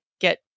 get